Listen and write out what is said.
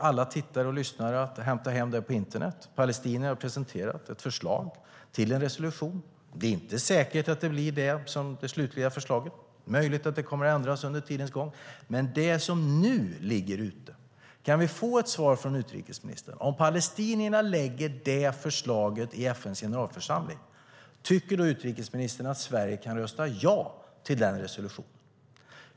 Alla tittare och lyssnare kan hämta hem det på internet. Palestinierna har presenterat ett förslag till en resolution. Det är inte säkert att det är detta som blir det slutliga förslaget. Det är möjligt att det kommer att ändras under tidens gång. Men kan vi få ett svar från utrikesministern när det gäller det som nu ligger ute på frågan: Om palestinierna lägger fram detta förslag i FN:s generalförsamling, tycker då utrikesministern att Sverige kan rösta ja till den resolutionen?